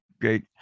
great